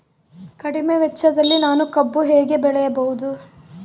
ಕಡಿಮೆ ವೆಚ್ಚದಲ್ಲಿ ನಾನು ಕಬ್ಬು ಹೇಗೆ ಬೆಳೆಯಬಹುದು?